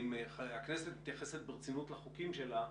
ואם הכנסת מתייחסת ברצינות לחוקים שלה,